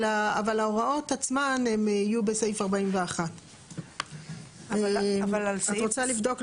אבל ההוראות עצמן הן יהיו בסעיף 41. אבל הסעיף --- את רוצה לבדוק,